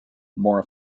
more